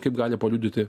kaip gali paliudyti